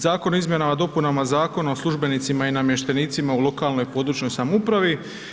Zakon o izmjenama i dopunama Zakona o službenicima i namještenicima u lokalnoj i područnoj samoupravi.